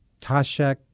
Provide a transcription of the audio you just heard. tasha